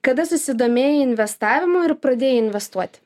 kada susidomėjai investavimu ir pradėjai investuoti